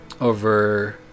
over